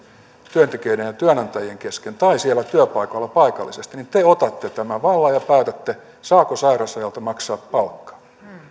työntekijöiden ja työnantajien kesken tai siellä työpaikoilla paikallisesti te otatte tämän vallan ja päätätte saako sairausajalta maksaa palkkaa